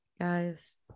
Guys